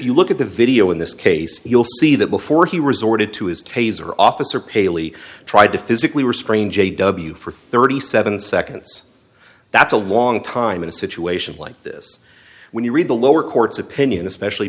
you look at the video in this case you'll see that before he resorted to his taser officer paley tried to physically restrain j w for thirty seven seconds that's a long time in a situation like this when you read the lower court's opinion especially